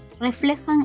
reflejan